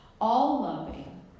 all-loving